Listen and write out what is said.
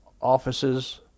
offices